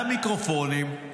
והמיקרופונים